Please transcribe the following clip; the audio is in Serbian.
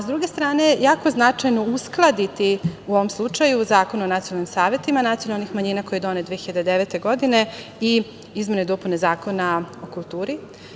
S druge strane, jako značajno uskladiti, u ovom slučaju, Zakon o nacionalnom savetu nacionalnih manjina koji je donet 2009. godine i izmene i dopune Zakona o kulturi.